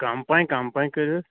کم پہن کم پہن کٔرۍہوٗس